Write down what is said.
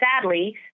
Sadly